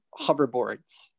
hoverboards